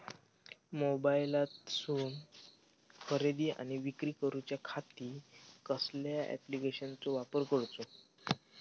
मोबाईलातसून खरेदी आणि विक्री करूच्या खाती कसल्या ॲप्लिकेशनाचो वापर करूचो?